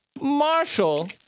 Marshall